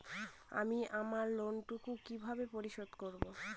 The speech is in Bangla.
আমি আমার লোন টুকু কিভাবে পরিশোধ করব?